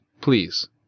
please